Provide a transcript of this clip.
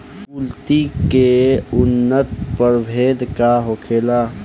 कुलथी के उन्नत प्रभेद का होखेला?